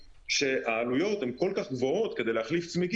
זאת הדרך של האופנוען להגן על עצמו,